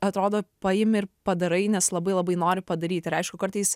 atrodo paimi ir padarai nes labai labai nori padaryt ir aišku kartais